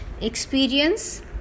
experience